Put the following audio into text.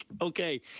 Okay